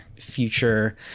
future